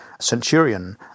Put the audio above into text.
centurion